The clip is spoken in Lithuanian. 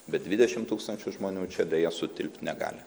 bet dvidešim tūkstančių žmonių čia deja sutilpt negali